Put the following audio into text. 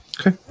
Okay